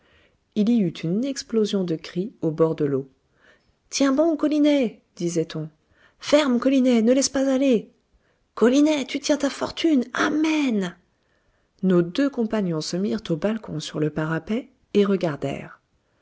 il y eut une explosion de cris au bord de l'eau tiens bon colinet disait-on ferme colinet ne laisse pas aller colinet tu tiens ta fortune amène nos deux compagnons se mirent au balcon sur le parapet et